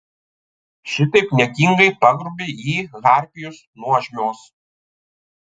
šitaip niekingai pagrobė jį harpijos nuožmios